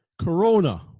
Corona